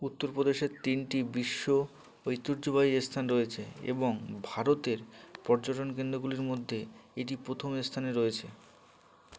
উত্তরপ্রদেশের তিনটি বিশ্ব ঐতিহ্যবাহী এস্থান রয়েছে এবং ভারতের পর্যটন কেন্দ্রগুলির মধ্যে এটি প্রথম স্থানে রয়েছে